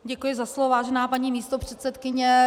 Děkuji za slovo, vážená paní místopředsedkyně.